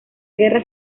guerra